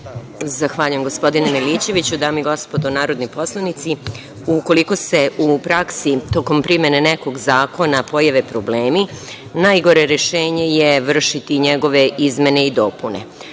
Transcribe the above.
Zahvaljujem gospodine Milićeviću. Dame i gospodo narodni poslanici, ukoliko se u praksi tokom primene nekog zakona pojave problemi, najgore rešenje je vršiti njegove izmene i dopune.